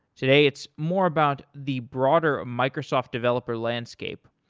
today, it's more about the broader microsoft developer landscape.